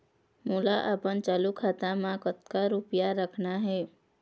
मोला अपन चालू खाता म कतक रूपया रखना हे?